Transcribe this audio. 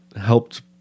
helped